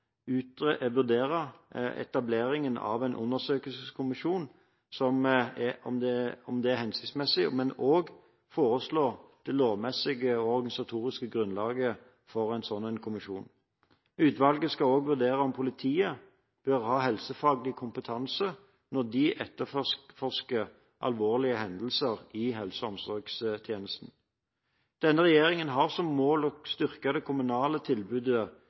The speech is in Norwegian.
vurdere om etableringen av en undersøkelseskommisjon er hensiktsmessig, men også foreslå det lovmessige og organisatoriske grunnlaget for en sånn kommisjon. Utvalget skal også vurdere om politiet bør ha helsefaglig kompetanse når de etterforsker alvorlige hendelser i helse- og omsorgstjenesten. Denne regjeringen har som mål å styrke det kommunale tilbudet